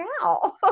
now